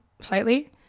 slightly